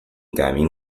改名